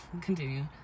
continue